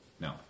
No